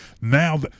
Now